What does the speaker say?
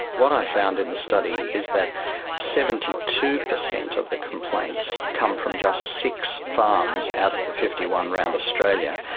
what i found in the study is that seventy two percent of the complaints come from just six farms out of the fifty one round australia,